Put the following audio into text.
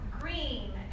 Green